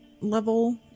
level